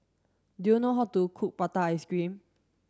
do you know how to cook prata ice cream